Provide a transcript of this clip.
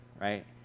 right